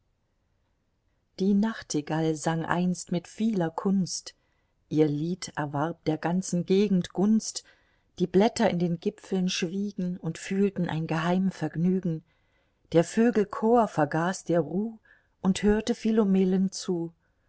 die nachtigall sang einst mit vieler kunst ihr lied erwarb der ganzen gegend gunst die blätter in den gipfeln schwiegen und fühlten ein geheim vergnügen der vögel chor vergaß der ruh und hörte philomelen zu